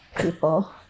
people